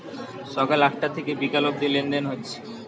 সকাল আটটা থিকে বিকাল অব্দি লেনদেন হচ্ছে